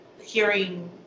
hearing